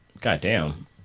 Goddamn